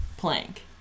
plank